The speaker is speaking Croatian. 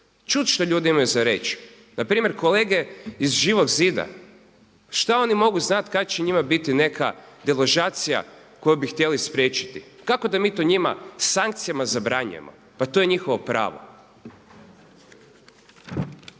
čuti što ljudi imaju za reći. Na primjer kolege iz Živog zida što oni mogu znati kad će njima biti neka deložacija koju bi htjeli spriječiti, kako da mi to njima sankcijama zabranjujemo? Pa to je njihovo pravo.